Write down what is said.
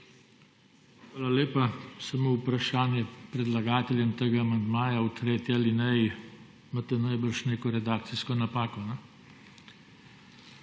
Hvala lepa. Samo vprašanje predlagateljem tega amandmaja. V tretji alineji imate verjetno neko redakcijsko napako?